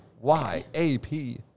Y-A-P